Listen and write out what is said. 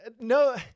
No